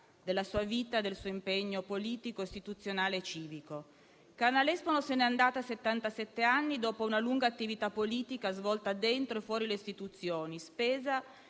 della sua vita e del suo impegno politico, istituzionale e civico. Carla Nespolo se n'è andata a settantasette anni, dopo una lunga attività politica, svolta dentro e fuori le istituzioni, spesa